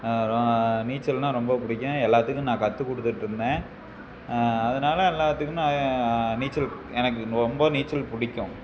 நீச்சல்னால் ரொம்ப பிடிக்கும் எல்லாத்துக்கும் நான் கற்றுக் கொடுத்துட்ருந்தேன் அதனால எல்லாத்துக்குமே நீச்சல் எனக்கு ரொம்ப நீச்சல் பிடிக்கும்